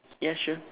ya sure